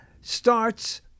starts